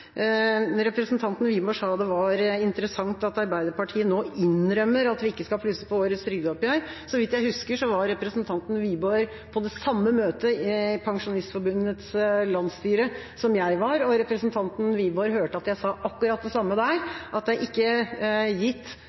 Representanten Wiborg sa det var interessant at Arbeiderpartiet nå innrømmer at vi ikke skal plusse på årets trygdeoppgjør. Så vidt jeg husker, var representanten Wiborg på det samme møtet med Pensjonistforbundets landsstyre som jeg var, og representanten Wiborg hørte at jeg sa akkurat det samme der – at det ikke er gitt